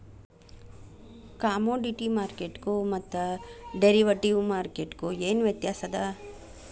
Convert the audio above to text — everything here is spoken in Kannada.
ಕಾಮೊಡಿಟಿ ಮಾರ್ಕೆಟ್ಗು ಮತ್ತ ಡೆರಿವಟಿವ್ ಮಾರ್ಕೆಟ್ಗು ಏನ್ ವ್ಯತ್ಯಾಸದ?